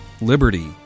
Liberty